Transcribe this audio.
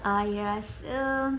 I rasa